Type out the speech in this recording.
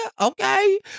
okay